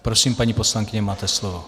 Prosím, paní poslankyně, máte slovo.